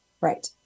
Right